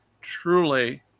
truly